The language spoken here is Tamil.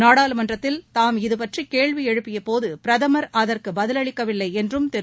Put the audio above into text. நாடாளுமன்றத்தில் தாம் இதுபற்றி கேள்வியெழுப்பியபோது பிரதமர் அதற்கு பதிலளிக்கவில்லை என்றும் திரு